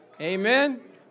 Amen